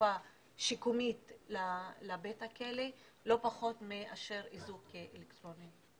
חלופה שיקומית לבית הכלא לא פחות מאשר איזוק אלקטרוני.